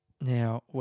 Now